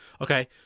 Okay